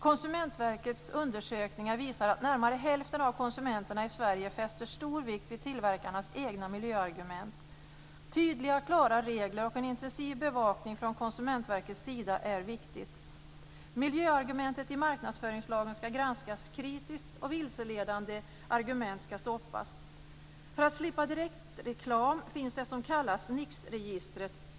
Konsumentverkets undersökningar visar att närmare hälften av konsumenterna i Sverige fäster stor vikt vid tillverkarnas egna miljöargument. Tydliga och klara regler och en intensiv bevakning från Konsumentverkets sida är viktigt. Miljöargument i marknadsföringslagen skall granskas kritiskt, och vilseledande argument skall stoppas. För att slippa direktreklam finns det som kallas NIX-registret.